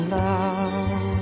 love